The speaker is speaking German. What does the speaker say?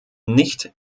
nicht